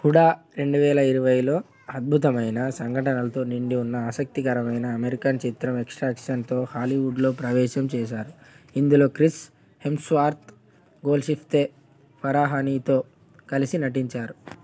హుడా రెండు వేల ఇరవైలో అద్భుతమైన సంఘటనలతో నిండి ఉన్న ఆసక్తికరమైన అమెరికన్ చిత్రం ఎక్స్ట్రాక్షన్తో హాలీవుడ్లో ప్రవేశం చేసారు ఇందులో క్రిస్ హిమ్స్వార్త్ గోల్షిఫ్తే ఫరాహనీతో కలిసి నటించారు